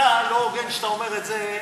אתה לא הוגן שאתה אומר את זה לי.